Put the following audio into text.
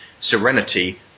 Serenity